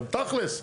אבל תכלס,